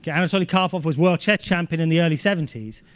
yeah anatoly karpov was world chess champion in the early seventy s.